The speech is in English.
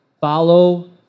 follow